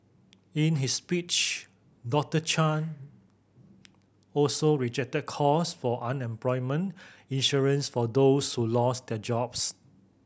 in his speech Doctor Chan also rejected calls for unemployment insurance for those who lose their jobs